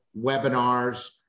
webinars